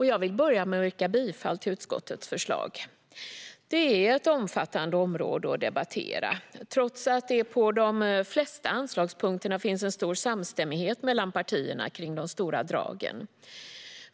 Jag vill börja med att yrka bifall till utskottets förslag. Detta är ett omfattande område att debattera, trots att det på de flesta anslagspunkter finns en stor samstämmighet bland partierna om de stora dragen.